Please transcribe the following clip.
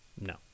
No